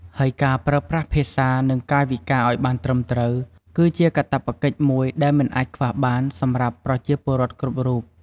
ហើយការប្រើប្រាស់ភាសា និងកាយវិការឲ្យបានត្រឹមត្រូវ គឺជាកាតព្វកិច្ចមួយដែលមិនអាចខ្វះបានសម្រាប់ប្រជាពលរដ្ឋគ្រប់រូប។